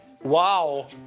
Wow